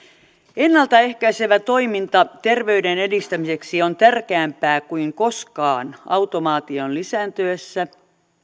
ennalta ehkäisevä toiminta terveyden edistämiseksi on tärkeämpää kuin koskaan automaation lisääntyessä